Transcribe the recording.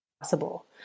possible